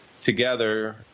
together